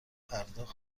پرداخت